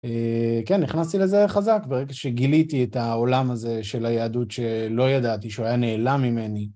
כן, נכנסתי לזה חזק ברגע שגיליתי את העולם הזה של היהדות שלא ידעתי שהוא היה נעלם ממני.